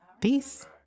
Peace